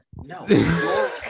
No